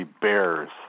bears